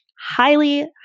highly